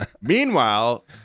Meanwhile